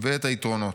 ואת היתרונות',